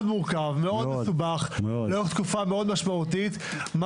מורכב ומאוד מסובך לאורך תקופה מאוד משמעותית.